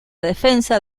defensa